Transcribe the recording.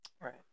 Right